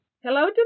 Hello